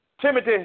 Timothy